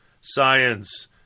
Science